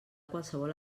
qualsevol